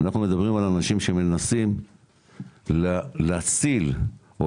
אנחנו מדברים על אנשים שמנסים להציל או